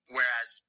Whereas